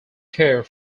care